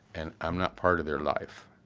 and i'm not part of their life